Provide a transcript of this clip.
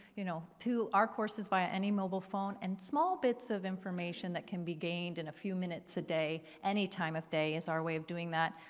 you know, to our courses by any mobile phone and small bits of information that can be gained in a few minutes a day, any time of the day is our way of doing that.